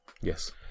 Yes